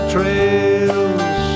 Trails